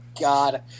God